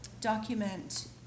document